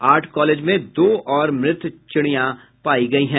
art college में दो और मृत चिड़ियां पाई गयी हैं